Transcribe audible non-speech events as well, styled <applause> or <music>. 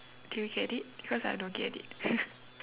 do you get it because I don't get it <laughs>